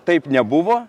taip nebuvo